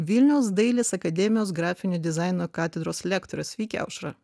vilniaus dailės akademijos grafinio dizaino katedros lektorė sveiki aušra